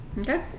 Okay